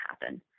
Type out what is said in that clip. happen